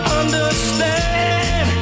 understand